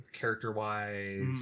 Character-wise